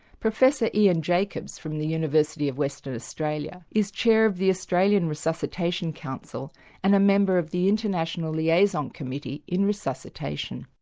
professor ian jacobs from the university of western australia is chair of the australian resuscitation council and a member of the international liaison committee in resuscitation.